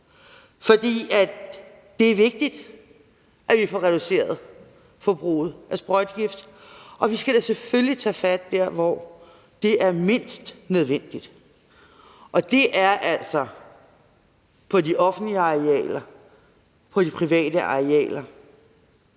for det er vigtigt, at vi får reduceret forbruget af sprøjtegift, og vi skal da selvfølgelig tage fat der, hvor det er mindst nødvendigt at bruge det, og det er altså på de offentlige arealer og på de private arealer.